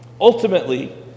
Ultimately